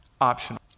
optional